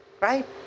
Right